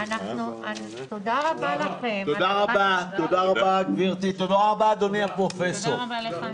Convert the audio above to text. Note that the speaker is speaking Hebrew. תודה רבה לכם, הדיון נעול.